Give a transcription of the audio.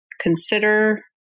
consider